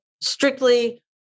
strictly